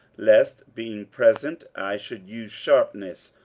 lest being present i should use sharpness,